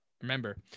Remember